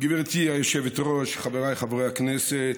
גברתי היושבת-ראש, חבריי חברי הכנסת,